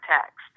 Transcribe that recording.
text